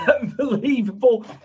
Unbelievable